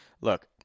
Look